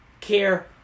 care